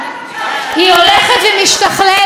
תסלחי לי, חברת הכנסת זנדברג.